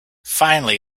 finally